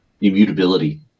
immutability